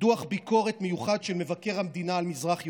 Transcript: מתוך דוח ביקורת מיוחד של מבקר המדינה על מזרח ירושלים: